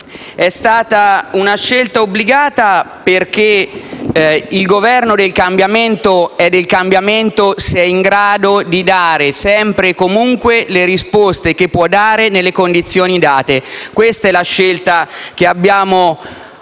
è stata una scelta obbligata, perché il Governo del cambiamento è del cambiamento se è in grado di dare, sempre e comunque, le risposte che può fornire, nelle condizioni date. E questa è la scelta che abbiamo voluto